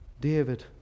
David